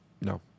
No